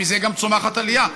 מזה גם צומחת עלייה.